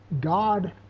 God